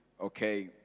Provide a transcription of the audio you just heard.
Okay